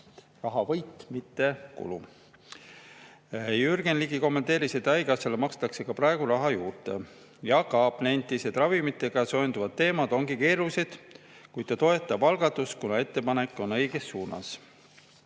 rahaline võit, mitte kulu. Jürgen Ligi kommenteeris, et haigekassale makstakse ka praegu raha juurde. Jaak Aab nentis, et ravimitega seonduvad teemad ongi keerulised, kuid ta toetab algatust, kuna ettepanek on õiges suunas.